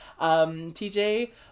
TJ